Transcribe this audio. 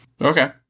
okay